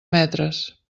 metres